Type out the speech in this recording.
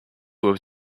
would